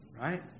Right